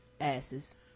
asses